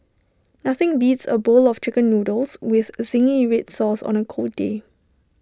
nothing beats A bowl of Chicken Noodles with Zingy Red Sauce on A cold day